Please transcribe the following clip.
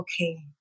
okay